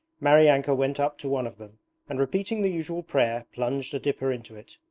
maryanka went up to one of them and repeating the usual prayer plunged a dipper into it.